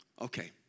okay